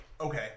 okay